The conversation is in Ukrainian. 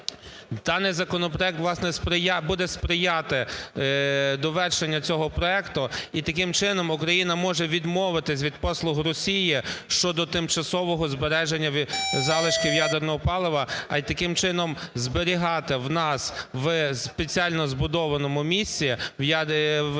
Даний законопроект буде сприяти довершенням цього проекту. І, таким чином, Україна може відмовитись від послуг Росії щодо тимчасового збереження залишків ядерного палива, а й таким чином зберігати у нас в спеціально збудованому місці в зоні